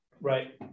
right